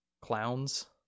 clowns